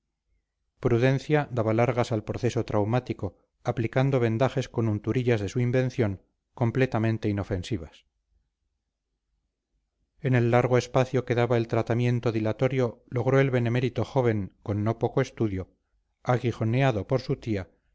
prudencia daba largas al proceso traumático aplicando vendajes con unturillas de su invención completamente inofensivas en el largo espacio que daba el tratamiento dilatorio logró el benemérito joven con no poco estudio aguijoneado por su tía